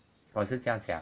我是这样想